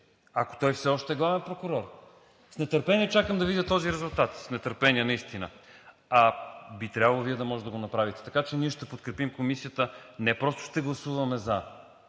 ако той все още е главен прокурор. С нетърпение чакам да видя този резултат, с нетърпение наистина. А би трябвало Вие да можете да го направите. Така че ние ще подкрепим Комисията. Не просто ще гласуваме „за“,